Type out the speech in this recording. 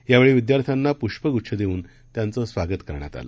यावेळीविद्यार्थ्यांनापुष्पगुच्छदेऊनत्यांचंस्वागतकरण्यातआलं